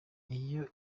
iyo